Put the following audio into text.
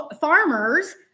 farmers